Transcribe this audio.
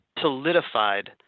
solidified